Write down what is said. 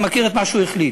אני מכיר את מה שהוא החליט.